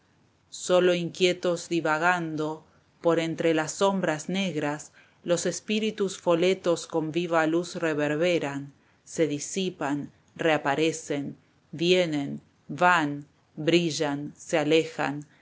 sólo inquietos divagando por entre las sombras negras los espiritus foletos esteban echeyebbia con viva luz reverberan se disipan reaparecen vienen van brillan se alejan